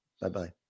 Bye-bye